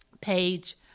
page